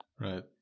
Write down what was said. Right